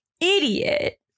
idiot